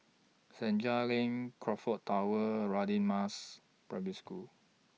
Senja LINK Crockfords Tower Radin Mas Primary School